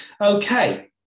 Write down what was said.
Okay